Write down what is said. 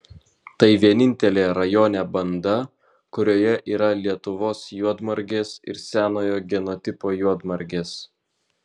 tai vienintelė rajone banda kurioje yra lietuvos juodmargės ir senojo genotipo juodmargės